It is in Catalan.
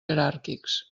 jeràrquics